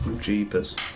Jeepers